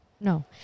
No